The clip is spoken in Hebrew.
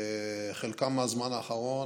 חלקן מהזמן האחרון,